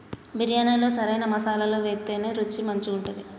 బిర్యాణిలో సరైన మసాలాలు వేత్తేనే రుచి మంచిగుంటది